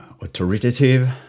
authoritative